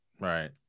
right